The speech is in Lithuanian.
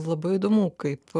labai įdomu kaip